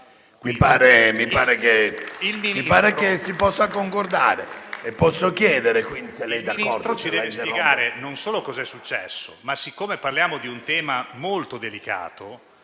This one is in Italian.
Il Ministro ci deve spiegare non solo cos'è successo, ma siccome parliamo di un tema molto delicato,